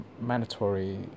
Mandatory